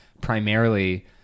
primarily